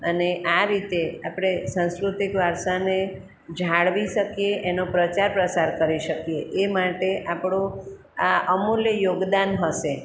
અને આ રીતે આપણે સંસ્કૃતિક વારસાને જાળવી શકીએ એનો પ્રચારપ્રસાર કરી શકીએ એ માટે આપણું આ અમૂલ્ય યોગદાન હશે